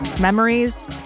Memories